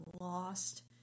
lost